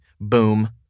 Boom